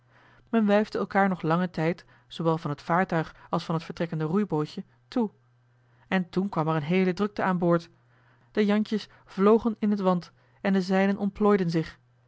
men wuifde elkaar nog langen tijd zoowel van het vaartuig als van het vertrekkende roeibootje toe en toen kwam er een heele drukte aan boord de jantjes vlogen in het want en de zeilen ontplooiden zich